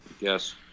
Yes